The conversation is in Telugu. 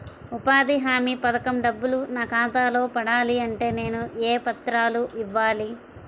ఉపాధి హామీ పథకం డబ్బులు నా ఖాతాలో పడాలి అంటే నేను ఏ పత్రాలు ఇవ్వాలి?